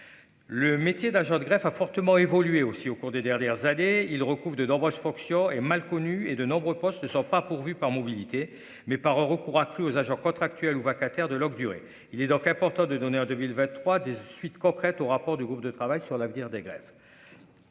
le métier d'agent de greffe a fortement évolué aussi au cours des dernières années, il recouvre de nombreuses fonctions et mal connu, et de nombreux postes ne sont pas pourvus par mobilité mais par un recours accru aux agents contractuels ou vacataires de longue durée, il est donc important de donner en 2023 des suites concrètes au rapport du groupe de travail sur l'avenir des grèves.